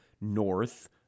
north